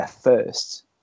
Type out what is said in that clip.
first